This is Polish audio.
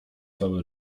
cały